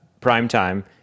Primetime